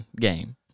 game